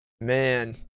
Man